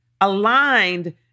aligned